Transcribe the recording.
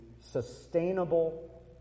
sustainable